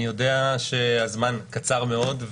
אני יודע שהזמן קצר מאוד,